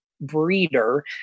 breeder